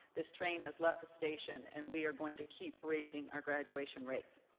this train has left the station and we are going to keep raising our graduation rates.